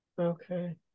Okay